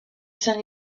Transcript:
saint